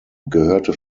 gehörte